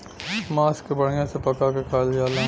मांस के बढ़िया से पका के खायल जाला